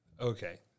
okay